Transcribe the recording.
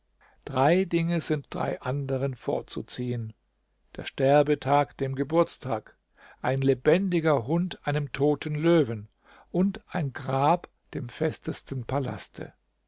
drei dinge sind drei anderen vorzuziehen der sterbetag dem geburtstag ein lebendiger hund einem toten löwen und ein grab dem festesten palaste